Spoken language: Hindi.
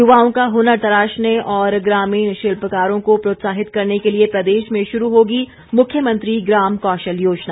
युवाओं का हनर तराशने और ग्रामीण शिल्पकारों को प्रोत्साहित करने के लिए प्रदेश में शुरू होगी मुख्यमंत्री ग्राम कौशल योजना